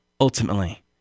ultimately